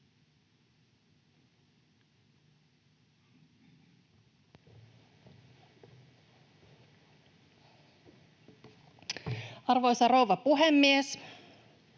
Arvoisa rouva puhemies!